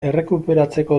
errekuperatzeko